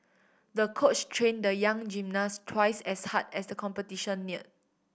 the coach trained the young gymnast twice as hard as the competition neared